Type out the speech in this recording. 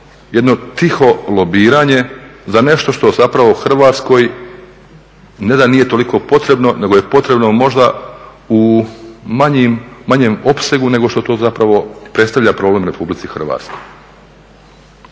jedno tiho lobiranje za nešto što zapravo Hrvatskoj ne da nije toliko potrebno nego je potrebno možda u manjem opsegu nego što to zapravo predstavlja problem Republici Hrvatskoj.